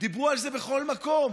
דיברו על זה בכל מקום: